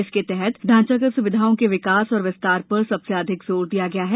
इसके तहत ढांचागत स्विधाओं के विकास और विस्तार पर सबसे अधिक जोर दिया गया है